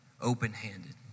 open-handed